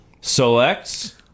selects